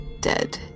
dead